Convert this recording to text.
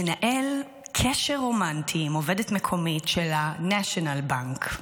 מנהל קשר רומנטי עם עובדת מקומית של הנשיונל בנק.